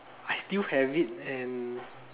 I still have it and